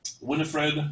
Winifred